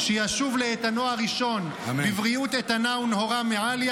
שישוב לאיתנו הראשון בבריאות איתנה ונהורא מעליא